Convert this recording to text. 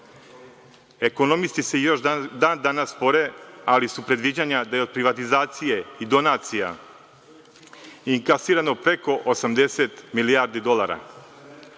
Ekonomisti se još dan danas spore, ali su predviđanja da je od privatizacije i donacija inkasirano preko 80 milijardi dolara.